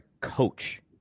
Coach